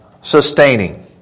sustaining